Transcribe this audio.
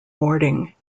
boarding